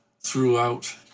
throughout